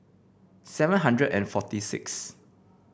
seven hundred and forty sixth